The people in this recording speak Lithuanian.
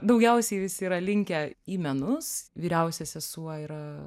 daugiausiai visi yra linkę į menus vyriausia sesuo yra